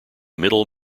middle